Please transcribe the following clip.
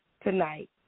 tonight